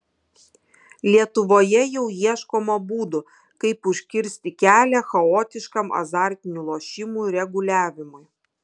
lietuvoje jau ieškoma būdų kaip užkirsti kelią chaotiškam azartinių lošimų reguliavimui